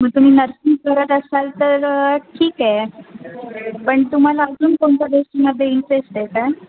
मग तुम्ही नर्सिंग करत असाल तर ठीक आहे पण तुम्हाला अजून कोणत्या गोष्टीमध्ये इंटरेस्ट आहे काय